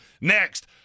Next